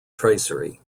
tracery